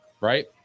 Right